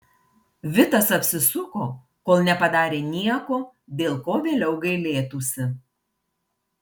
vitas apsisuko kol nepadarė nieko dėl ko vėliau gailėtųsi